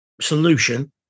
solution